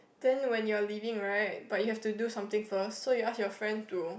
then when you are leaving right but you have to do something first so you ask your friend to